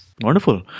Wonderful